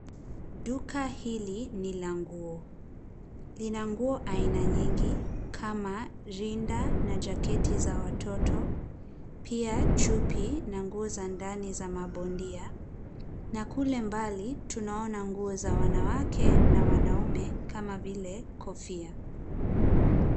Duka hili ni la nguo, lina nguo aina nyingi kama rinda na jaketi za watoto pia chupi na ngozi za ndani za mabondia na kule mbali tunaona nguo za wanawake na wanaume kama vile kofia.